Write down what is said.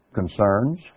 concerns